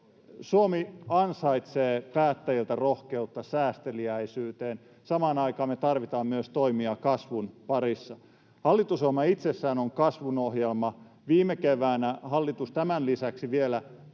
Suomi ansaitsee päättäjiltä rohkeutta säästeliäisyyteen. Samaan aikaan me tarvitaan myös toimia kasvun parissa. Hallitusohjelma itsessään on kasvun ohjelma. Viime keväänä hallitus tämän lisäksi vielä